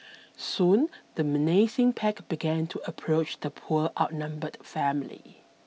soon the menacing pack began to approach the poor outnumbered family